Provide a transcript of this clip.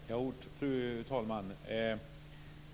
Fru talman!